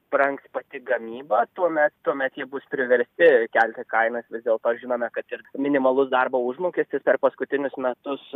brangs pati gamyba tuomet tuomet jie bus priversti kelti kainas vis dėlto žinome kad ir minimalus darbo užmokestis per paskutinius metus